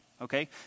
Okay